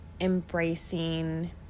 embracing